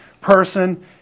person